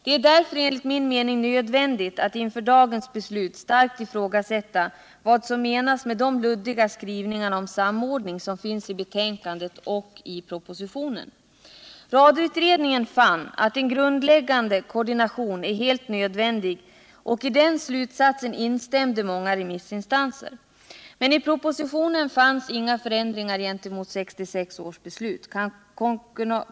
Det är därför enligt min mening nödvändigt att inför dagens beslut starkt ifrågasätta de luddiga skrivningar om samordning som finns i betänkandet och i propositionen. Radioutredningen fann att en grundläggande koordination är helt nödvändig, och i den slutsatsen instämde många remissinstanser. Men i propositionen finns inga förändringar gentemot 1966 års beslut.